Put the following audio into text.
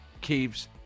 keeps